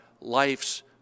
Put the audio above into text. life's